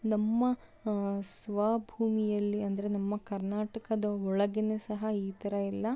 ನಮ್ಮ ಸ್ವಭೂಮಿಯಲ್ಲಿ ಅಂದರೆ ನಮ್ಮ ಕರ್ನಾಟಕದ ಒಳಗೆನೆ ಸಹ ಈ ಥರ ಎಲ್ಲ